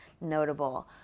notable